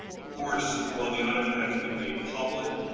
of course, while the audit has been made public,